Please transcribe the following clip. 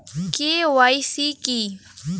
KYC কী?